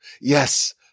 Yes